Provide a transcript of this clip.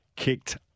kicked